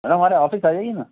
madam हमारे office आ जाइए ना